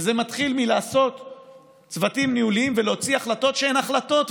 וזה מתחיל מלעשות צוותים ניהוליים ולהוציא החלטות שהן החלטות,